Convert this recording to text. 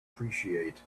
appreciate